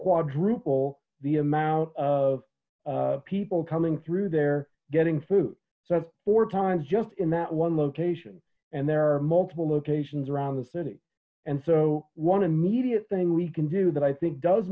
quadruple the amount of people coming through they're getting food so that's four times just in that one location and there are multiple locations around the city and so one immediate thing we can do that i think does